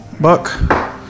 Buck